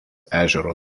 ežero